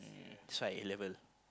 that's why I A-level